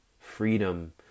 freedom